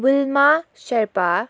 Vilma Sherpa